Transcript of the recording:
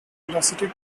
velocity